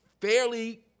fairly